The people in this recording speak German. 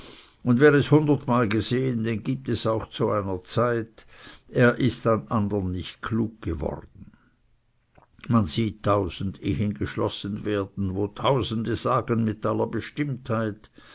und wer es hundertmal gesehen den gibt es auch zu seiner zeit er ist an andern nicht klug geworden man sieht tausend ehen geschlossen werden wo tausende sagen mit aller bestimmtheit